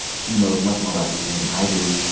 he knows much more about these things than i do.